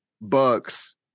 Bucks